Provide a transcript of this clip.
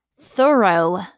thorough